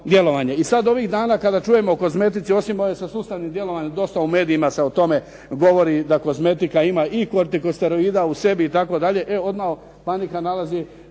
I sada ovih dana kada čujemo o kozmetici osim ovoj sa sustavnim djelovanjem, dosta u medijima se o tome govori da kozmetika ima dosta i kortikosteorida u sebi itd. E odmah dolazi